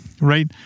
right